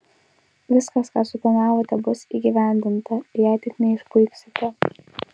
viskas ką suplanavote bus įgyvendinta jei tik neišpuiksite